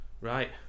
Right